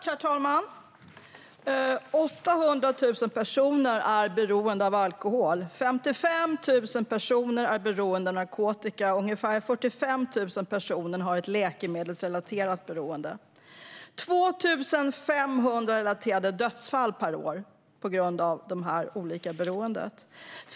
Herr talman! I dag är 800 000 personer beroende av alkohol, 55 000 personer är beroende av narkotika och ungefär 45 000 har ett läkemedelsrelaterat beroende. Det leder till 2 500 dödsfall per år på grund av olika beroenden.